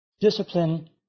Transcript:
discipline